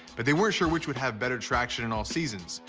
but they weren't sure which would have better traction in all seasons.